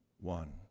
one